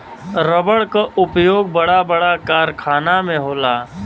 रबड़ क उपयोग बड़ा बड़ा कारखाना में होला